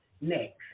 next